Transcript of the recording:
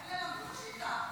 אלה למדו את השיטה.